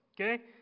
okay